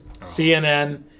CNN